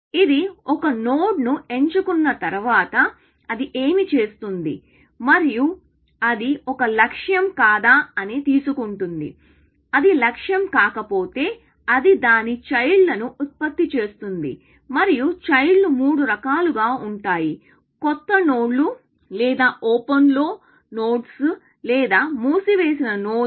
ఇది ఒక నోడ్ను ఎంచుకున్న తర్వాత అది ఏమి చేస్తుంది మరియు అది ఒక లక్ష్యం కాదా అని తీసుకుంటుంది అది లక్ష్యం కాక పోతే అది దాని చైల్డ్ లను ఉత్పత్తి చేస్తుంది మరియు చైల్డ్ లు మూడు రకాలుగా ఉంటాయి కొత్త నోడ్లు లేదా ఓపెన్లో నోడ్స్ లేదా మూసివేసిన నోడ్స్